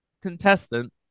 contestant